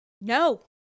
No